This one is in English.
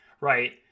right